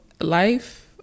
life